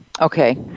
Okay